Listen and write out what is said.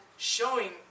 Showing